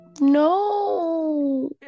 No